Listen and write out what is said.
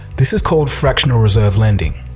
this is called fractional reserve lending.